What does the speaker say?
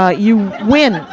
ah you win! ah